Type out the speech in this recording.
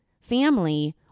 family